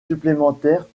supplémentaires